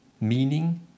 meaning